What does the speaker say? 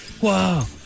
Wow